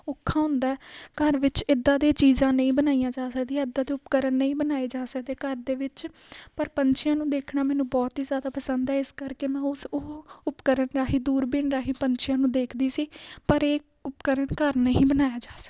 ਔਖਾ ਹੁੰਦਾ ਘਰ ਵਿੱਚ ਇਦਾਂ ਦੇ ਚੀਜ਼ਾਂ ਨਹੀਂ ਬਣਾਈਆਂ ਜਾ ਸਕਦੀਆਂ ਇਦਾਂ ਦੇ ਉਪਕਰਨ ਨਹੀਂ ਬਣਾਏ ਜਾ ਸਕਦੇ ਘਰ ਦੇ ਵਿੱਚ ਪਰ ਪੰਛੀਆਂ ਨੂੰ ਦੇਖਣਾ ਮੈਨੂੰ ਬਹੁਤ ਹੀ ਜਿਆਦਾ ਪਸੰਦ ਹ ਇਸ ਕਰਕੇ ਮੈਂ ਉਸ ਉਹ ਉਪਕਰਨ ਰਾਹੀ ਦੂਰਬੀਨ ਰਾਹੀਂ ਪੰਛੀਆਂ ਨੂੰ ਦੇਖਦੀ ਸੀ ਪਰ ਇਹ ਉਪਕਰਨ ਘਰ ਨਹੀਂ ਬਣਾਇਆ ਜਾ ਸਕਦਾ